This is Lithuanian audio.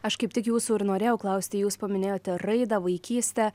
aš kaip tik jūsų ir norėjau klausti jūs paminėjote raidą vaikystę